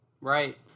Right